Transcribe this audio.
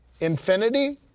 Infinity